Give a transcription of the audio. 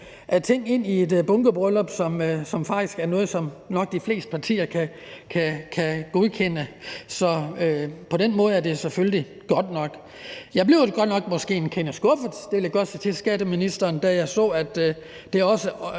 Jeg blev godt nok måske en kende skuffet – det vil jeg godt sige til skatteministeren – da jeg så, at det også